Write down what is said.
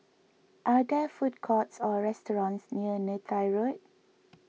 are there food courts or restaurants near Neythai Road